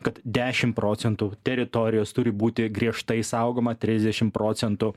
kad dešimt procentų teritorijos turi būti griežtai saugoma trisdešim procentų